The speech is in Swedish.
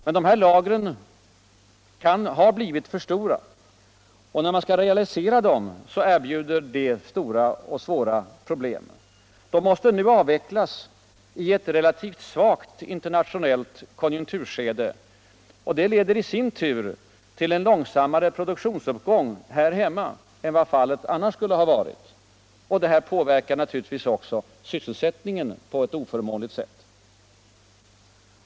Men dessa lager har blivit för stora och att realisera dem erbjuder stora och svåra problem. Lagren måste nu avvecklas I ett relativt svagt internationellt konjunkturskede, och det leder i sin tur till en långsammare produktionsuppgång här hemma än vad fallet annars skulle ha varit. Detta påverkar naturligtvis också sysselsättningen på eu oförmånligt sätt.